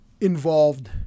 involved